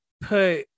put